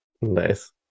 Nice